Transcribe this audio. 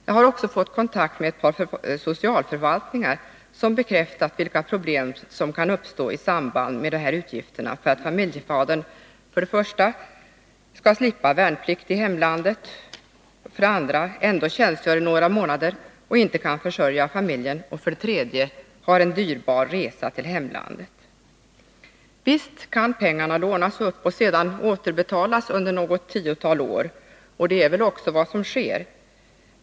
Jag har också fått kontakt med ett par socialförvaltningar, som bekräftat vilka problem som kan uppstå i samband med de här utgifterna för att familjefadern för det första skall slippa del av värnplikten i hemlandet, för det andra ändå skall tjänstgöra i några månader och inte kan försörja familjen och för det tredje skall företa den dyrbara resan till hemlandet. Visst kan pengarna lånas upp och sedan återbetalas under något tiotal år — och det är väl också vad som sker.